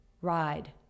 Ride